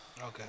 Okay